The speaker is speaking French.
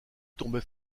tombait